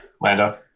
Lando